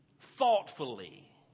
thoughtfully